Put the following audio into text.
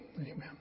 Amen